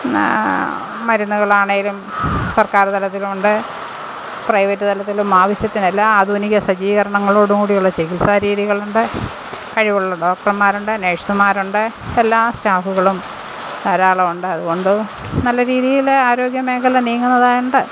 മരുന്നുകളാണെങ്കിലും സർക്കാർ തലത്തിലുണ്ട് പ്രൈവറ്റ് തലത്തിലുമാവശ്യത്തിന് എല്ലാ ആധുനിക സജ്ജീകരണങ്ങളോടുകൂടിയുള്ള ചികിത്സാരീതികളുണ്ട് കഴിവുള്ള ഡോക്ടർമാരുണ്ട് നഴ്സുമാരുണ്ട് എല്ലാ സ്റ്റാഫുകളും ധാരാളമുണ്ട് അതുകൊണ്ട് നല്ല രീതിയിൽ ആരോഗ്യമേഖല നീങ്ങുന്നതായതുകൊണ്ട്